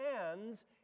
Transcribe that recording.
hands